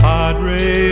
Padre